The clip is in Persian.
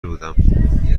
بودم